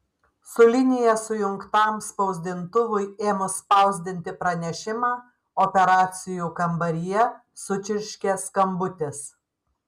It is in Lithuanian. su linija sujungtam spausdintuvui ėmus spausdinti pranešimą operacijų kambaryje sučirškė skambutis